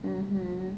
mmhmm